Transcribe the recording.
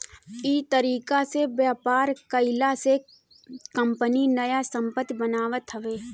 इ तरीका से व्यापार कईला से कंपनी नया संपत्ति बनावत हवे